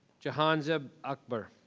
johansa actber.